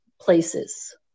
places